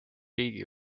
riigi